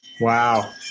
wow